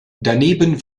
daneben